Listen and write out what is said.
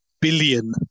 billion